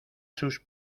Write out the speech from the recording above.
sus